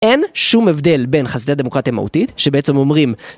אין שום הבדל בין חסידי הדמוקרטיה המהותית שבעצם אומרים